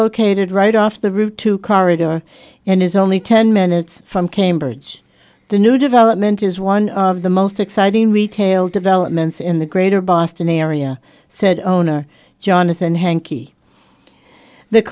located right off the route two corridor and is only ten minutes from cambridge the new development is one of the most exciting retail developments in the greater boston area said owner jonathan hankie th